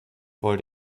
wollt